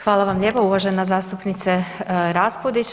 Hvala lijepo, uvažena zastupnice Raspudić.